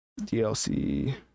DLC